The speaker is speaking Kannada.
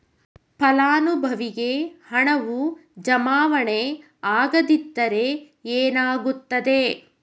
ಫಲಾನುಭವಿಗೆ ಹಣವು ಜಮಾವಣೆ ಆಗದಿದ್ದರೆ ಏನಾಗುತ್ತದೆ?